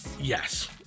Yes